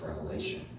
Revelation